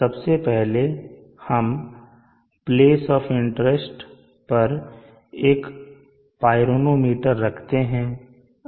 सबसे पहले हम प्लेस ऑफ इंटरेस्ट पर एक पाइरोमीटर रखते है